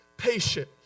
Patient